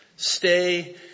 Stay